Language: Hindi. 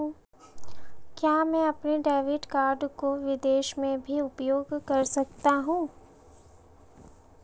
क्या मैं अपने डेबिट कार्ड को विदेश में भी उपयोग कर सकता हूं?